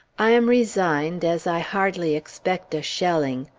i am resigned, as i hardly expect a shelling.